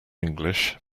english